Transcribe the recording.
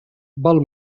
val